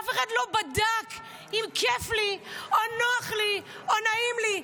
אף אחד לא בדק אם נוח לי או כיף לי או נעים לי,